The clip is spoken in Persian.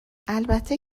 البته